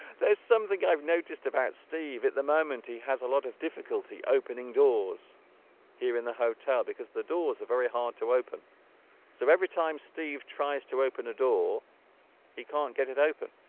there's something i've noticed about steve at the moment he has a lot of difficulty opening doors here in the hotel because the doors are very hard to open so every time steve tries to open a door he can't get it open